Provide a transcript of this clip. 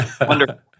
Wonderful